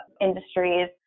industries